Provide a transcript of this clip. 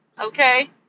okay